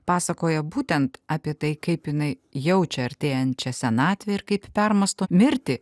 pasakoja būtent apie tai kaip jinai jaučia artėjančią senatvę ir kaip permąsto mirtį